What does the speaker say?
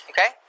Okay